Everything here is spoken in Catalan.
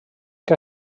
que